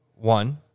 one